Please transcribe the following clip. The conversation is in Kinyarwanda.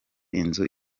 inzu